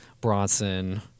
Bronson